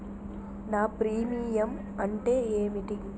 నా ప్రీమియం అంటే ఏమిటి?